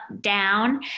down